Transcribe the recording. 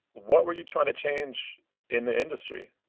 what were you trying to change in the industry?